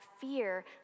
fear